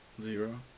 Zero